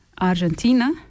Argentina